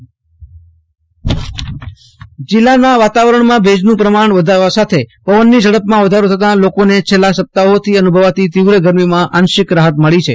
આશુતોષ અંતાણી કચ્છ હવામાન જિલ્લાના વાતાવરણમાં ભેજનું પ્રમાણ વધવા સાથે પવનની ઝડપમાં વધારો થતાં લોકોને છેલ્લા સપ્તાહોથી અનુભવાતી તીવ્ર ગરમીમાં આંશિક રાહત મળી રહી છે